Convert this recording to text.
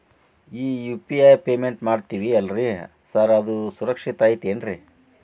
ಈ UPI payment ಮಾಡ್ತೇವಿ ಅಲ್ರಿ ಸಾರ್ ಅದು ಸುರಕ್ಷಿತ್ ಐತ್ ಏನ್ರಿ?